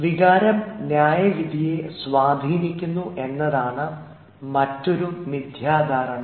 വികാരം ന്യായവിധിയെ സ്വാധീനിക്കുന്നു എന്നതാണ് മറ്റൊരു മിഥ്യാധാരണ